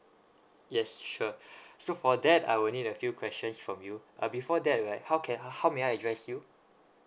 yes sure so for that I will need a few questions from you uh before that right how can I how may I address you